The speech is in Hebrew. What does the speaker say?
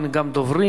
אין גם דוברים,